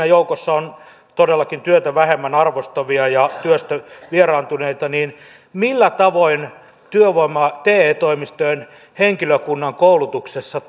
joukossa todellakin on työtä vähemmän arvostavia ja työstä vieraantuneita niin millä tavoin te toimistojen henkilökunnan koulutuksessa